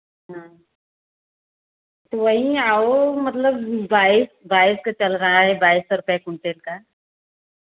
तो वही अब मतलब बाईस बाईस का चल रहा हैं बाईस सौ रुपये कुंटल का